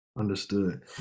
Understood